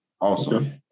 awesome